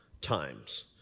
times